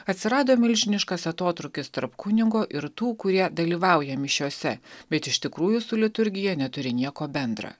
atsirado milžiniškas atotrūkis tarp kunigo ir tų kurie dalyvauja mišiose bet iš tikrųjų su liturgija neturi nieko bendra